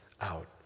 out